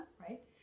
Right